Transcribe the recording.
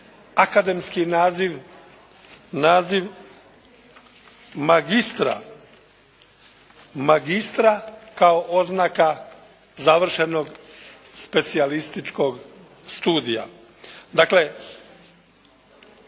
akademski naziv: "magistra", magistra kao oznaka završenog specijalističkog studija.